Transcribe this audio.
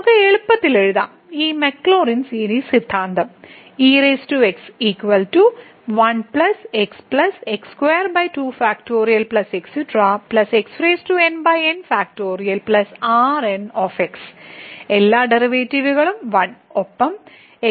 നമുക്ക് എളുപ്പത്തിൽ എഴുതാം ഈ മക്ലോറിൻസ് സീരീസ് സിദ്ധാന്തം എല്ലാ ഡെറിവേറ്റീവുകളും 1